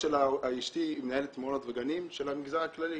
אשתי מנהלת מעונות וגנים של המגזר הכללי.